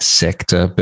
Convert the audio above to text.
sector